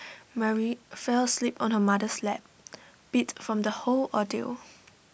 Mary fell asleep on her mother's lap beat from the whole ordeal